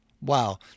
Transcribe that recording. wow